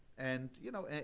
and you know,